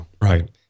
Right